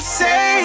say